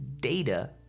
data